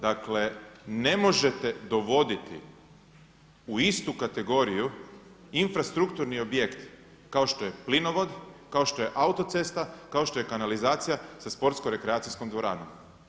Dakle, ne možete dovoditi u istu kategoriju infrastrukturni objekt kao što je plinovod, kao što je autocesta, kao što je kanalizacija sa sportsko-rekreacijskom dvoranom.